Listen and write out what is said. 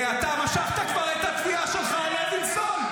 --- אתה משכת כבר את התביעה שלך על לוינסון?